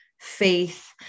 faith